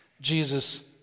Jesus